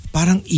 Parang